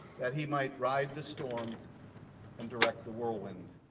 that he might ride the storm and direct the whirlwind.